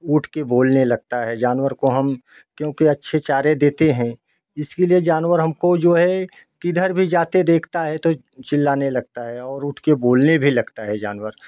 उठ के बोलने लगता है जानवर को हम क्योंकि अच्छे चारे देते है इसके लिए जानवर हमको जो है किधर भी जाते देखता है तो चिल्लाने लगता है और उठ के बोलने भी लगता है जानवर